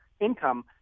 income